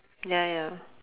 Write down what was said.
ya ya